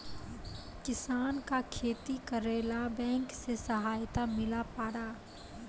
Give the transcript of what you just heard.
किसान का खेती करेला बैंक से सहायता मिला पारा?